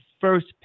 first